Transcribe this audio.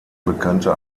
bekannte